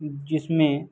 جس میں